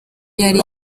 yari